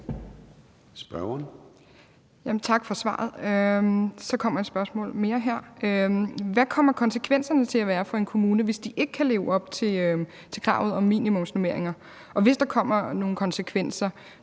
(ALT): Tak for svaret. Så kommer her et spørgsmål mere: Hvad kommer konsekvenserne til at være for en kommune, hvis den ikke kan leve op til kravet om minimumsnormeringer? Og hvis der kommer nogen konsekvenser,